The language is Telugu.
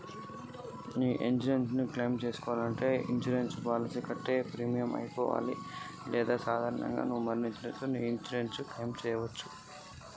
నా ఇన్సూరెన్స్ ని ఎట్ల క్లెయిమ్ చేస్కోవాలి?